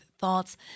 thoughts